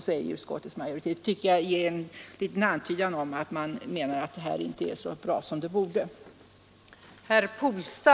Det ger en liten antydan om att också utskottets majoritet menar att det här inte är så bra som det borde vara.